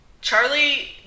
Charlie